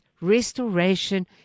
restoration